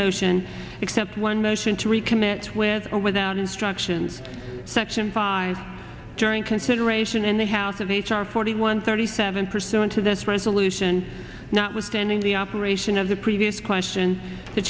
motion except one motion to recommit with or without instructions section five during consideration in the house of h r forty one thirty seven pursuant to this resolution notwithstanding the operation of the previous question the